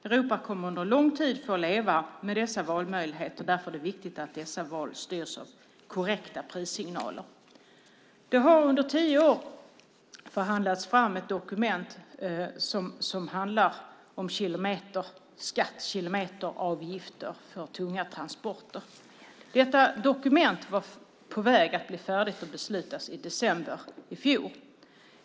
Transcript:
Europa kommer under lång tid att få leva med dessa valmöjligheter, och därför är det viktigt att dessa val styrs av korrekta prissignaler. Det har under tio år förhandlats fram ett dokument som handlar om kilometeravgifter för tunga transporter. Detta dokument var på väg att bli färdigt för att beslutas i december i fjol.